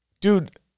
Dude